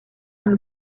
âme